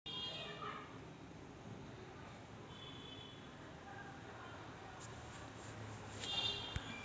Philippines मध्ये छिद्रित पिशव्या आणि दिव्यांच्या मदतीने मासे पकडले जात होते